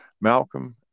Malcolm